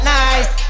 nice